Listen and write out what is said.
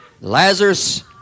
Lazarus